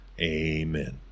Amen